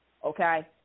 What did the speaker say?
Okay